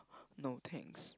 no thanks